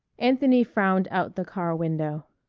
anthony frowned out the car window.